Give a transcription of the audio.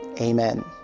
Amen